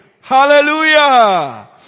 Hallelujah